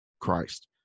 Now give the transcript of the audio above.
Christ